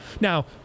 Now